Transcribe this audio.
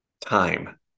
time